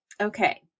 Okay